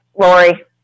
Lori